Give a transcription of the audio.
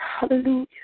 Hallelujah